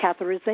catheterization